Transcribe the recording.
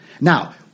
Now